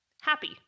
happy